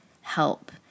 help